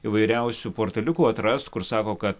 įvairiausių portaliukų atrast kur sako kad